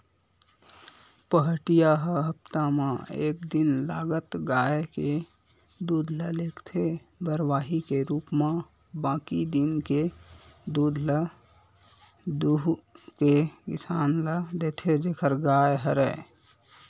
पहाटिया ह हप्ता म एक दिन लगत गाय के दूद ल लेगथे बरवाही के रुप म बाकी दिन के दूद ल दुहू के किसान ल देथे जेखर गाय हरय